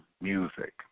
music